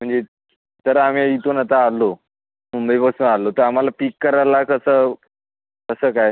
म्हणजे तर आम्ही इथून आता आलो मुंबईपासनं आलो तर आम्हाला पिक करायला कसं कसं काय